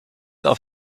auf